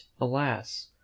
alas